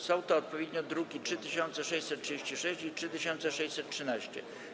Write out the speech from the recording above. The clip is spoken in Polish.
Są to odpowiednio druki nr 3636 i 3613.